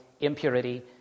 impurity